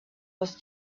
was